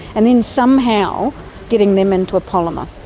and then somehow getting them into a polymer.